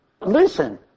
Listen